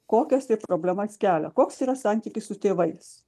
kokias tai problemas kelia koks yra santykis su tėvais